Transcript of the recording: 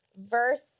verse